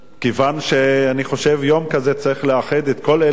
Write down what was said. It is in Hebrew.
כיוון שאני חושב שיום כזה צריך לאחד את כל אלה